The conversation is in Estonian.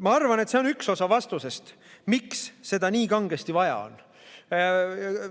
Ma arvan, et see on üks osa vastusest, miks seda nii kangesti vaja on.